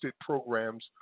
programs